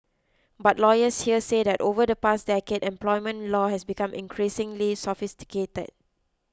but lawyers here say that over the past decade employment law has become increasingly sophisticate